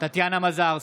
טטיאנה מזרסקי,